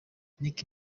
nicki